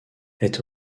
est